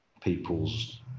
people's